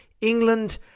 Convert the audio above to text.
England